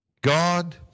God